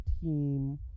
team